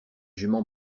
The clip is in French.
jument